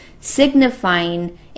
signifying